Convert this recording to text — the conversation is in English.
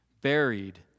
Buried